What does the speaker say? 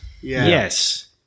yes